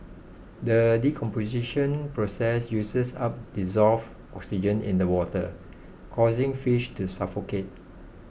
the decomposition process uses up dissolved oxygen in the water causing fish to suffocate